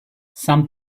some